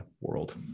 world